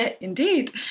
indeed